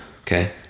okay